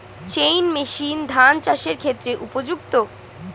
Chain machine ধান চাষের ক্ষেত্রে উপযুক্ত?